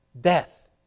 death